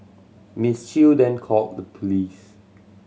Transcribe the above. Miss Chew then called the police